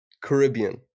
Caribbean